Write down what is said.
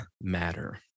matter